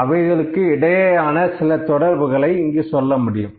அவைகளுக்கு இடையேயான சில தொடர்புகளை இங்கு சொல்ல முடியும்